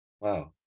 wow